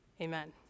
Amen